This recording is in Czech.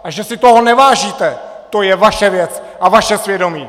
A že si toho nevážíte, to je vaše věc a vaše svědomí!